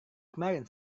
kemarin